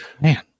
Man